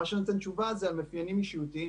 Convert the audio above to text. זה נותן תשובה למאפיינים אישיותיים,